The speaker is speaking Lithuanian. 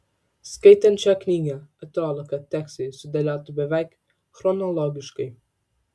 skaitant šią knygą atrodo kad tekstai sudėlioti beveik chronologiškai